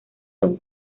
son